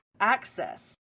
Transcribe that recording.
access